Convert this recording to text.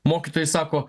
mokytojai sako